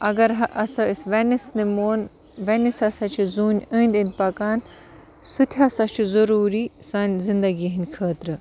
اگر ہَسا أسۍ وٮ۪نس نِمہون وٮ۪نس ہَسا چھُ زوٗنہِ أنٛدۍ أنٛدۍ پَکان سُہ تہِ ہَسا چھُ ضروٗری سانہِ زِنٛدگی ہٕنٛدِ خٲطرٕ